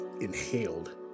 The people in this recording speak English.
inhaled